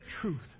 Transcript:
truth